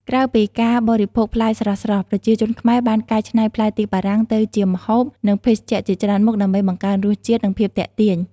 ក្រៅពីការបរិភោគផ្លែស្រស់ៗ ប្រជាជនខ្មែរបានកែច្នៃផ្លែទៀបបារាំងទៅជាម្ហូប និងភេសជ្ជៈជាច្រើនមុខដើម្បីបង្កើនរសជាតិ និងភាពទាក់ទាញ។